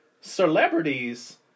celebrities